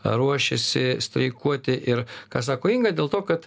ruošiasi streikuoti ir ką sako inga dėl to kad